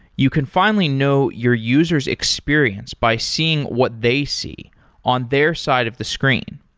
you can finally know your users' experience by seeing what they see on their side of the screen.